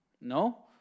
No